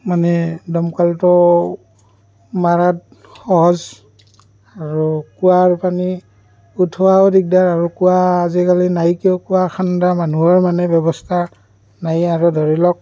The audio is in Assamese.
মানে দমকলটো মাৰাত সহজ আৰু কুঁৱাৰ পানী উঠোৱাও দিগদাৰ আৰু কুঁৱা আজিকালি নাইকিয়াও কুঁৱা খান্দা মানুহৰ মানে ব্যৱস্থা নাই আৰু ধৰি লওক